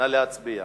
נא להצביע.